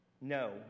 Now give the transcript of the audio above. No